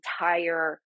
entire